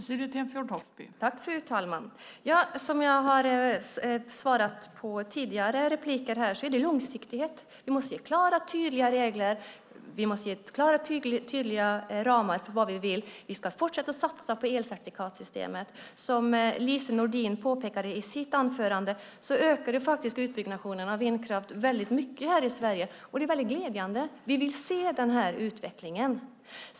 Fru talman! Jag har i tidigare repliker svarat att det är fråga om långsiktighet. Vi måste ge klara och tydliga regler, och vi måste ge klara och tydliga ramar för vad vi vill. Vi ska fortsätta att satsa på elcertifikatssystemet. Precis som Lise Nordin påpekade i sitt anförande ökade faktiskt utbyggnaden av vindkraft mycket i Sverige, och det är glädjande. Vi vill se den utvecklingen.